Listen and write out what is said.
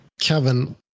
kevin